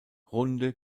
runde